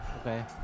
Okay